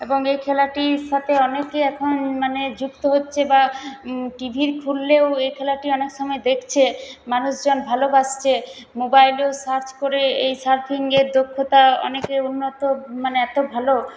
এবং এই খেলাটির সাথে অনেকে এখন মানে যুক্ত হচ্ছে বা টিভি খুললেও এই খেলাটি অনেক সময় দেখছে মানুষজন ভালোবাসছে মোবাইলও সার্চ করে এই সার্ফিংয়ের দক্ষতা অনেকে উন্নত মানে এতো ভালো